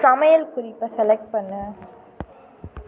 சமையல் குறிப்பை செலக்ட் பண்ணு